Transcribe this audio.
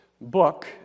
book